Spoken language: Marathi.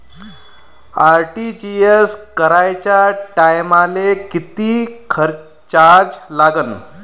आर.टी.जी.एस कराच्या टायमाले किती चार्ज लागन?